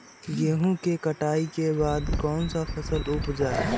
गेंहू के कटाई के बाद कौन सा फसल उप जाए?